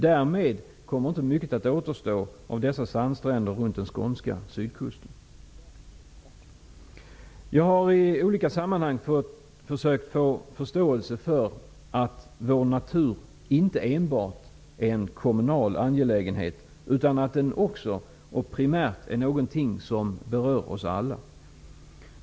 Därmed kommer inte mycket att återstå av dessa sandstränder runt den skånska sydkusten. Jag har i olika sammanhang försökt få förståelse för att vår natur inte enbart är en kommunal angelägenhet, utan att den också, och primärt, är någonting som berör oss alla.